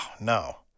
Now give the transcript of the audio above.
no